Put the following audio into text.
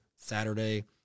Saturday